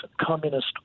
communist